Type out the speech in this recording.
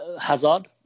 Hazard